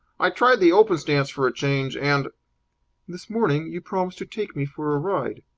i tried the open stance for a change, and this morning you promised to take me for a ride.